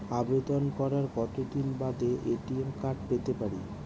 আবেদন করার কতদিন বাদে এ.টি.এম কার্ড পেতে পারি?